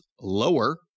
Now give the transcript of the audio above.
lower